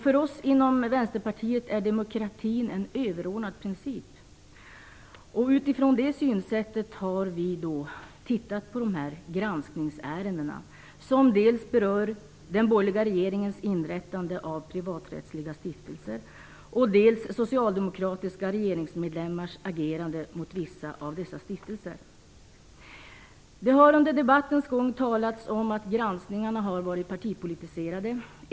För oss inom Vänsterpartiet är demokratin en överordnad princip. Utifrån det synsättet har vi tittat närmare på dessa granskningsärenden, som berör dels den borgerliga regeringens inrättande av privaträttsliga stiftelser, dels socialdemokratiska regeringsmedlemmars agerande mot vissa av dessa stiftelser. Det har under debattens gång talats om att granskningen har varit partipolitiserad.